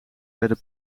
werden